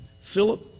Philip